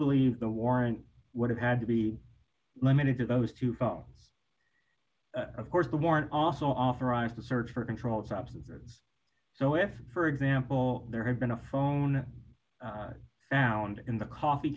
believe the warrant would have had to be limited to those who thought of course the warrant also authorized a search for controlled substances so if for example there had been a phone now and in the coffee